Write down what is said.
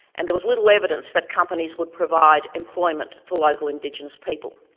and there was little evidence that companies would provide employment for local indigenous people.